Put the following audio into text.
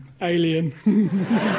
Alien